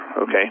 okay